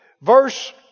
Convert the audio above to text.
Verse